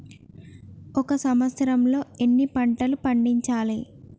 ఒక సంవత్సరంలో ఎన్ని పంటలు పండించాలే?